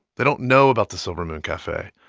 they don't know about the silver moon cafe.